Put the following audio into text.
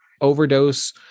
overdose